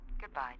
Goodbye